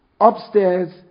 Upstairs